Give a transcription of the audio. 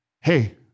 Hey